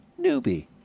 Newbie